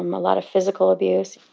um a lot of physical abuse.